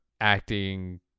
acting